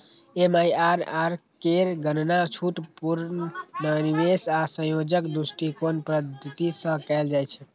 MIRR केर गणना छूट, पुनर्निवेश आ संयोजन दृष्टिकोणक पद्धति सं कैल जाइ छै